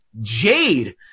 Jade